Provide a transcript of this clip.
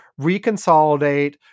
reconsolidate